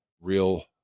real